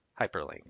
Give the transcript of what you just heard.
Hyperlink